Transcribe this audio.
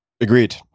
Agreed